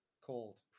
called